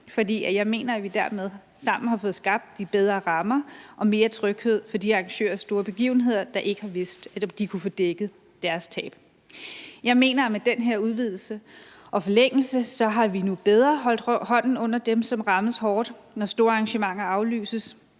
jeg mener, at vi sammen har fået skabt bedre rammer og mere tryghed for de arrangører af store begivenheder, der ikke har vidst, om de kunne få dækket deres tab. Jeg mener, at vi med den her udvidelse og forlængelse nu bedre holder hånden under dem, som rammes hårdt, når store arrangementer aflyses.